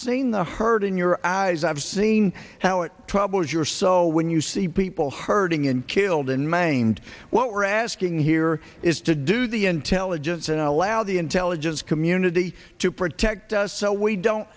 seen the hurt in your eyes i've seen how it troubles your so when you see people hurting and killed and maimed what we're asking here is to do the intelligence and allow the intelligence community to protect us so we don't